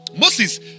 Moses